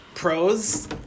pros